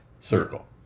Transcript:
circle